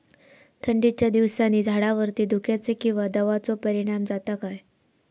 थंडीच्या दिवसानी झाडावरती धुक्याचे किंवा दवाचो परिणाम जाता काय?